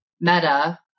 Meta